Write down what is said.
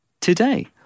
today